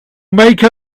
make